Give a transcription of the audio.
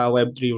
Web3